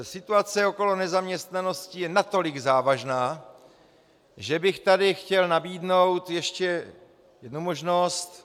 Situace okolo nezaměstnanosti je natolik závažná, že bych tady chtěl nabídnout ještě jednu možnost.